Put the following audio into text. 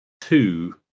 two